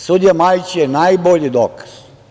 Sudija Majić je najbolji dokaz.